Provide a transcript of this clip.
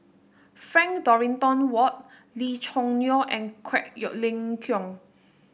Frank Dorrington Ward Lee Choo Neo and Quek your Ling Kiong